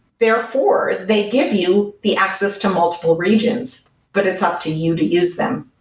therefore, they gave you the access to multiple regions, but it's up to you to use them.